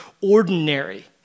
ordinary